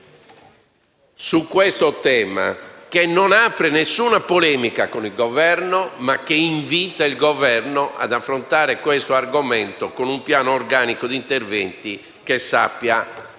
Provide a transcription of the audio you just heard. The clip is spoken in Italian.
su questo tema, che non apre alcuna polemica con il Governo, ma che lo invita ad affrontare questo argomento con un piano organico di interventi che sappia